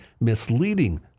misleading